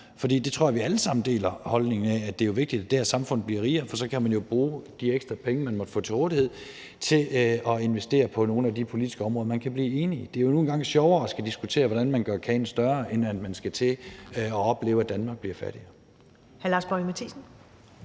er en holdning, vi alle sammen deler, nemlig at det jo er vigtigt, at det her samfund bliver rigere, for så kan man jo bruge de ekstra penge, man måtte få til rådighed, til at investere på nogle af de politiske områder, man kan blive enige om. Det er nu engang sjovere at skulle diskutere, hvordan man gør kagen større, end at skulle opleve, at Danmark bliver fattigere.